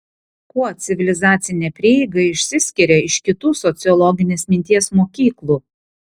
kuo civilizacinė prieiga išsiskiria iš kitų sociologinės minties mokyklų